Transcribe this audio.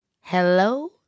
Hello